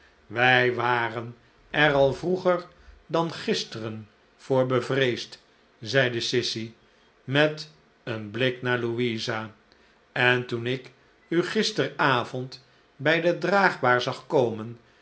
wij waren er al vroeger dan gisteren voor bevreesd zeide sissy met een blik naar louisa en toen ik u gisteravond bij de draagbaar zag komen